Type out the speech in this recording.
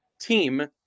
team